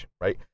right